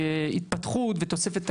על התפתחות ותוספת תקציבים,